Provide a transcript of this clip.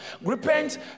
repent